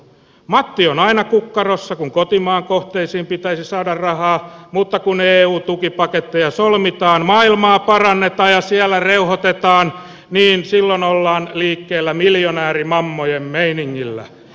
matti on aina kukkarossa kun kotimaan kohteisiin pitäisi saada rahaa mutta kun eu tukipaketteja solmitaan maailmaa parannetaan ja siellä reuhotetaan niin silloin ollaan liikkeellä miljonäärimammojen meiningillä